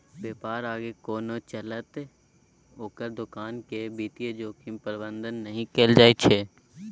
बेपार आगाँ कोना चलतै ओकर दोकान केर वित्तीय जोखिम प्रबंधने नहि कएल छै